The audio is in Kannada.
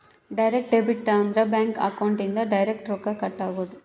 ಡೈರೆಕ್ಟ್ ಡೆಬಿಟ್ ಅಂದ್ರ ಬ್ಯಾಂಕ್ ಅಕೌಂಟ್ ಇಂದ ಡೈರೆಕ್ಟ್ ರೊಕ್ಕ ಕಟ್ ಆಗೋದು